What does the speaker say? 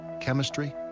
chemistry